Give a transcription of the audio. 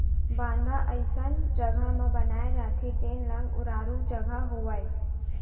बांधा अइसन जघा म बनाए जाथे जेन लंग उरारू जघा होवय